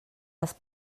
les